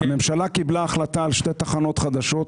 הממשלה קיבלה החלטה על שתי תחנות חדשות,